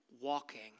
walking